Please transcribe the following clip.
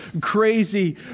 crazy